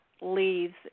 leaves